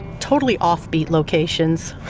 totally off beat locations,